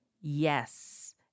Yes